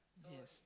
yes